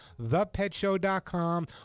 ThePetShow.com